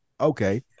okay